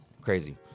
Crazy